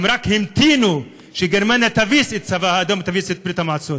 הם רק המתינו שגרמניה תביס את הצבא האדום ותביס את ברית המועצות.